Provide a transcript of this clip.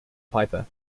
piper